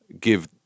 give